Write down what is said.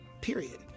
period